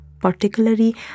particularly